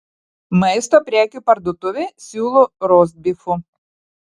maisto prekių parduotuvė siūlo rostbifų